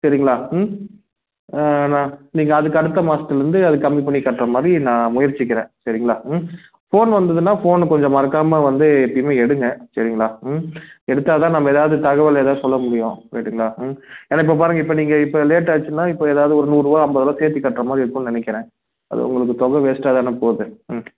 சரிங்களா ம் நான் நீங்கள் அதுக்கு அடுத்த மாசத்தில் இருந்து அதுக் கம்மி பண்ணி கட்டுற மாதிரி நான் முயற்சிக்கிறேன் சரிங்களா ம் ஃபோன்னு வந்ததுன்னா ஃபோன்னு கொஞ்சம் மறக்காமல் வந்து எப்போயுமே எடுங்க சரிங்களா ம் எடுத்தால் தான் நம்ம ஏதாவது தகவல் எதாது சொல்ல முடியும் ரைட்டுங்களா ம் ஏன்னால் இப்போ பாருங்கள் இப்போ நீங்கள் இப்போ லேட் ஆச்சுன்னா இப்போ ஏதாவது ஒரு நூறுபா ஐம்பது ரூபா சேர்த்தி கட்டுற மாதிரி இருக்குன்னு நினக்கிறேன் அது உங்களுக்கு தொகை வேஸ்ட்டாக தானே போது ம்